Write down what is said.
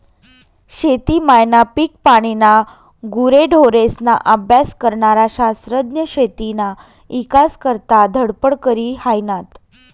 शेती मायना, पिकपानीना, गुरेढोरेस्ना अभ्यास करनारा शास्त्रज्ञ शेतीना ईकास करता धडपड करी हायनात